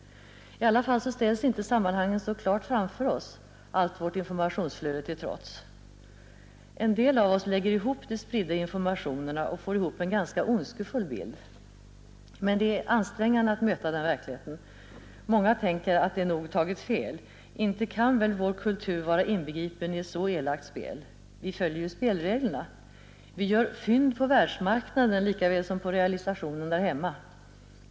I alla fall ställs inte sammanhangen så klart framför oss, allt vårt informationsflöde till trots. En del av oss lägger ihop de spridda informationerna och får ihop en ganska ondskefull bild. Men det är ansträngande att möta den verkligheten. Många tänker att de väl tagit fel. Inte kan väl vår kultur vara inbegripen i ett så elakt spel. Vi följer ju spelreglerna. Vi gör ”fynd” på världsmarknaden, lika väl som på realisationen hemma.